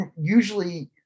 usually